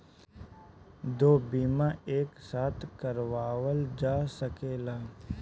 दो बीमा एक साथ करवाईल जा सकेला?